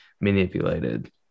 manipulated